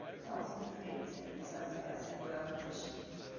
the ottoman prince had inserted a singular condition,